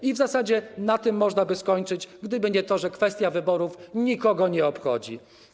I w zasadzie na tym można by skończyć, gdyby nie to, że kwestia wyborów nikogo nie obchodzi.